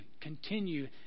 continue